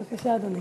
בבקשה, אדוני.